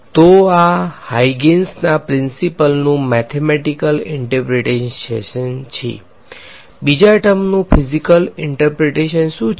તો આ હાઈગેંસ ના પ્રીંસીપલ નુ મેથેમેટીકલ ઈંટર્પ્રેટેશન છે બીજા ટર્મનુ ફીઝીકલ ઈંટર્પ્રેટેશન શું છે